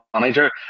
manager